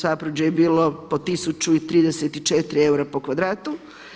Zapruđe je bilo po 1034 eura po kvadratu.